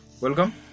welcome